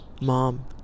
mom